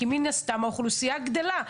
כי מן הסתם האוכלוסייה גדלה.